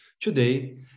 Today